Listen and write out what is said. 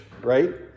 right